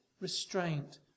restraint